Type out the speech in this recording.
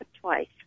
twice